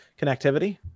connectivity